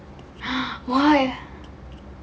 what